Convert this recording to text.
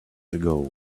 ago